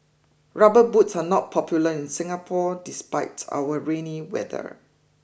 Rubber boots are not popular in Singapore despite our rainy weather